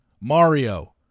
Mario